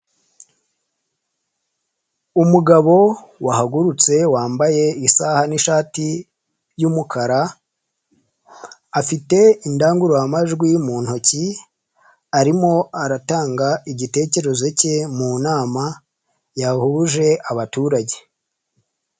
Umugabo wahagurutse wambaye isaha n'ishati by'umukara, afite indangururamajwi mu ntoki arimo aratanga igitekerezo cye munama yahuje abaturage.